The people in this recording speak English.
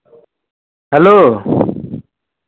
hello